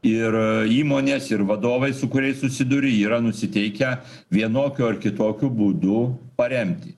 ir įmonės ir vadovai su kuriais susiduri yra nusiteikę vienokiu ar kitokiu būdu paremti